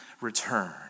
return